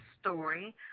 story